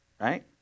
right